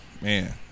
man